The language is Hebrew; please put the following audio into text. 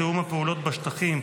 תיאום הפעולות בשטחים,